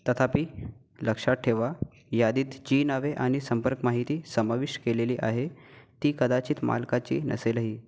तथापि लक्षात ठेवा यादीत जी नावे आणि संपर्क माहिती समाविष्ट केलेली आहे ती कदाचित मालकाची नसेलही